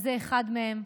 אז זה אחד מהם.